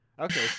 okay